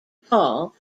paul